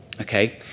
okay